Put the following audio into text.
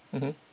mmhmm